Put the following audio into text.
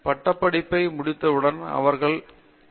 பட்டப்படிப்பை முடித்தவுடன் அவர்கள் எந்த நிலைப்பாடுகளை எடுக்கிறார்கள்